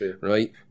Right